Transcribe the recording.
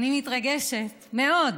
אני מתרגשת, מאוד,